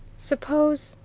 suppose,